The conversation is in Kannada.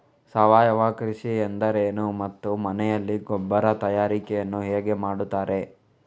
ಸಾವಯವ ಕೃಷಿ ಎಂದರೇನು ಮತ್ತು ಮನೆಯಲ್ಲಿ ಗೊಬ್ಬರ ತಯಾರಿಕೆ ಯನ್ನು ಹೇಗೆ ಮಾಡುತ್ತಾರೆ?